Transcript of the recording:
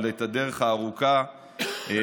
אבל את הדרך הארוכה והלא-פשוטה.